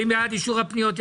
מי בעד אישור הפניות?